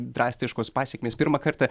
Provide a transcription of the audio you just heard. drastiškos pasekmės pirmą kartą